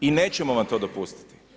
I nećemo vam to dopustiti.